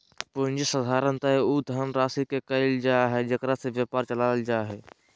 पूँजी साधारणतय उ धनराशि के कहइ हइ जेकरा से व्यापार चलाल जा हइ